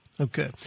Okay